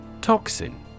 Toxin